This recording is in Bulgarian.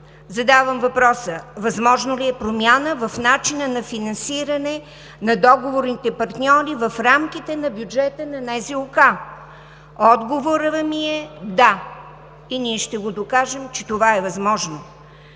Задавам въпроса: възможна ли е промяна в начина на финансиране на договорните партньори в рамките на бюджета на НЗОК? Отговорът ми е: да, и ние ще докажем, че това е възможно.